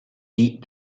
deep